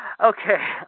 Okay